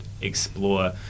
Explore